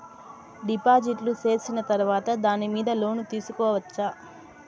డిపాజిట్లు సేసిన తర్వాత దాని మీద లోను తీసుకోవచ్చా?